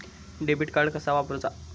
Debit card कसा वापरुचा?